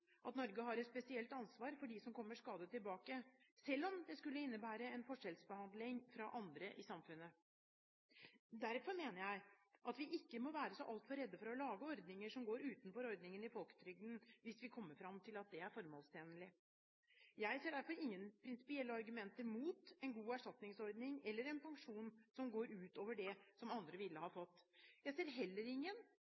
at Norge har et spesielt ansvar for dem som kommer skadet tilbake, selv om det skulle innebære en forskjellsbehandling i forhold til andre syke i samfunnet. Derfor mener jeg vi ikke må være så altfor redde for å lage ordninger som går utenfor ordningene i folketrygden hvis vi kommer fram til at det er formålstjenlig. Jeg ser derfor ingen prinsipielle argumenter mot en god erstatningsordning, eller en pensjon som går utover det som andre ville